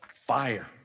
fire